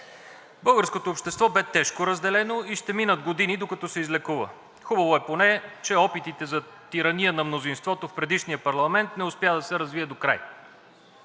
Българското общество бе тежко разделено и ще минат години, докато се излекува. Хубаво е поне, че опитите за тирания на мнозинството в предишния парламент не успя да се развие докрай